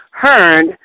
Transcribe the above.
heard